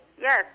Yes